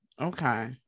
okay